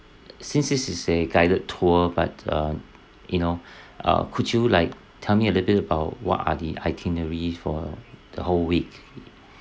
since this is a guided tour but uh you know uh could you like tell me a little bit about what are the itinerary for the whole week